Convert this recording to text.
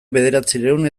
bederatziehun